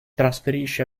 trasferisce